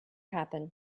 happen